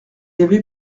avait